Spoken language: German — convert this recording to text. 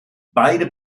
beide